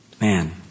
Man